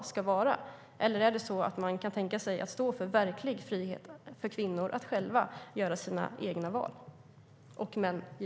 Eller ska man stå för verklig frihet för kvinnor och män att göra sina egna val?